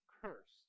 cursed